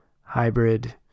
hybrid